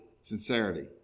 sincerity